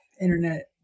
Internet